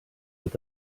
with